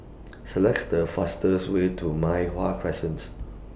Select The fastest Way to Mei Hwan Crescents